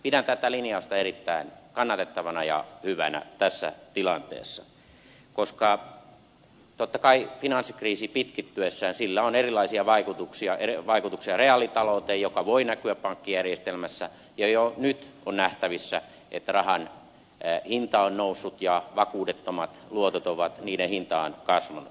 pidän tätä linjausta erittäin kannatettavana ja hyvänä tässä tilanteessa koska totta kai finanssikriisillä pitkittyessään on erilaisia vaikutuksia reaalitalouteen mikä voi näkyä pankkijärjestelmässä ja jo nyt on nähtävissä että rahan hinta on noussut ja vakuudettomien luottojen hinta on kasvanut